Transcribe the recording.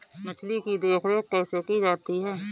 मछली की देखरेख कैसे की जाती है?